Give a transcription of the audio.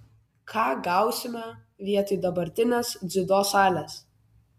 ką gausime vietoj dabartinės dziudo salės